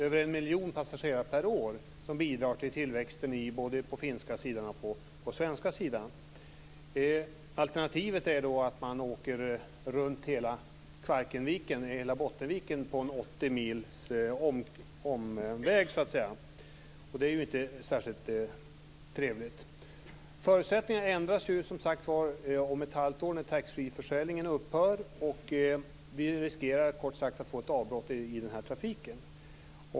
Över en miljon passagerare per år bidrar till tillväxten både på den finska sidan och på den svenska sidan. Alternativet är att man åker runt hela Bottenviken, vilket är en åttio mils omväg. Det är inte särskilt trevligt. Förutsättningarna ändras om ett halvt år när taxfreeförsäljningen upphör. Vi riskerar kort sagt att få ett avbrott i trafiken.